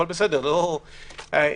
אין לי טענה.